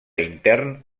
intern